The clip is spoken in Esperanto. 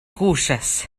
kuŝas